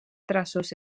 traços